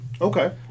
Okay